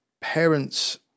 parents